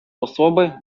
особи